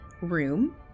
room